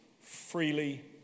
Freely